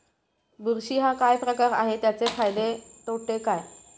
बुरशी हा काय प्रकार आहे, त्याचे फायदे तोटे काय?